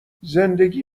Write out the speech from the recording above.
زندگی